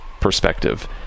perspective